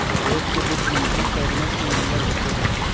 देश के वित्त मंत्री कैबिनेट के मेंबर होते हैं